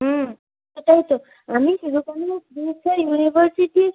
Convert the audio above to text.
হুম সেটাই তো আমি সিধু কানু বিরসা ইউনিভার্সিটির